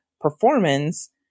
performance